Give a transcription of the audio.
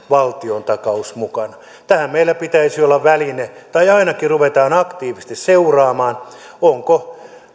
valtiontakaus mukana tähän meillä pitäisi olla väline tai ainakin ruvetaan aktiivisesti seuraamaan onko